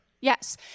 Yes